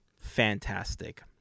fantastic